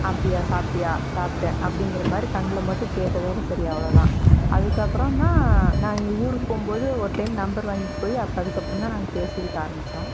அப்படியா சாப்பிட்டியா சாப்பிட்டேன் அப்படிங்குற மாதிரி கண்ணில் மட்டும் கேட்டதோடு சரி அவ்வளோதான் அதுக்கப்புறம் தான் நான் இங்கே ஊருக்கு போகும்போது ஒரு டைம் நம்பர் வாங்கிட்டு போய் அப்போ அதுக்கப்புறம் தான் நாங்கள் பேசறதுக்கு ஆரமித்தோம்